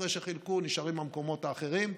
ואחרי שחילקו נשארים המקומות האחרים,